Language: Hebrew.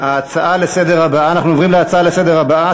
אנחנו עוברים לנושא הבא: